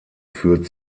führt